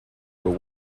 were